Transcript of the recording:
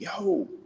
yo